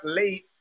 late